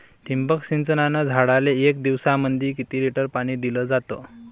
ठिबक सिंचनानं झाडाले एक दिवसामंदी किती लिटर पाणी दिलं जातं?